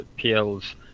PL's